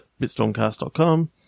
bitstormcast.com